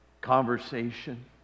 conversation